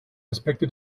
aspekte